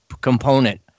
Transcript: component